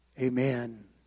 Amen